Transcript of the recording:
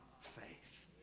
faith